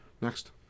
Next